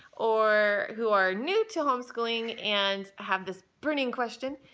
or who are new to homeschooling and have this burning question.